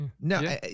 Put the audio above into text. no